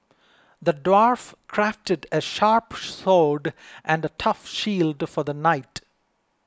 the dwarf crafted a sharp sword and a tough shield for the knight